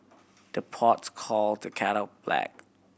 the pots call the kettle black